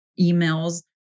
emails